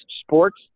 sports